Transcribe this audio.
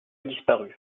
disparu